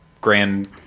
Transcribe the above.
grand